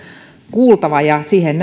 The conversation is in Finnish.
kuultava siihen